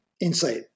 insight